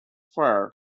fire